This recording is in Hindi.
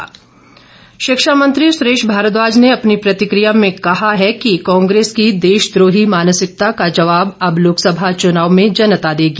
सत्ती शिक्षा मंत्री सुरेश भारद्वाज ने अपनी प्रतिक्रिया में कहा कि कांग्रेस की देशद्रोही मानसिकता का जवाब अब लोकसभा चुनाव में जनता देगी